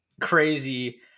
crazy